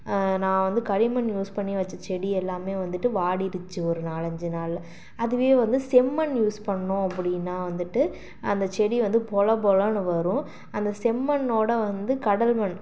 நான் வந்து களிமண் யூஸ் பண்ணி வச்ச செடி எல்லாமே வந்துவிட்டு வாடிருச்சு ஒரு நாலஞ்சு நாளில் அதுவே வந்து செம்மண் யூஸ் பண்ணோம் அப்படினா வந்துவிட்டு அந்த செடி வந்து பொல பொலன்னு வரும் அந்த செம்மண்ணோட வந்து கடல் மண்